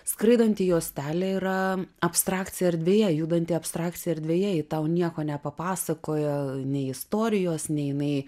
skraidanti juostelė yra abstrakcija erdvėje judanti abstrakcija erdvėje ji tau nieko nepapasakoja nei istorijos nei jinai